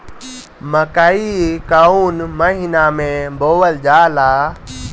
मकई कौन महीना मे बोअल जाला?